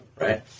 Right